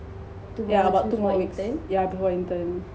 yeah about two more weeks yeah before intern